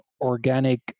organic